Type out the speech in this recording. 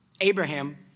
Abraham